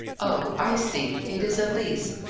oh, i see it is a lease.